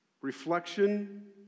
Reflection